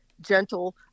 gentle